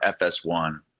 FS1